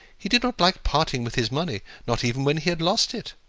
he did not like parting with his money not even when he had lost it!